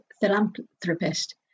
philanthropist